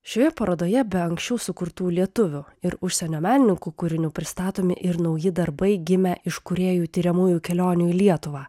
šioje parodoje be anksčiau sukurtų lietuvių ir užsienio menininkų kūrinių pristatomi ir nauji darbai gimę iš kūrėjų tiriamųjų kelionių į lietuvą